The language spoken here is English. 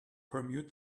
permute